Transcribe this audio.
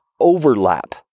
overlap